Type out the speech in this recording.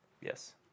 Yes